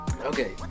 Okay